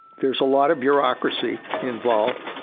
there's a lot of bureaucracy involved.